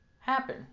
happen